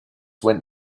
went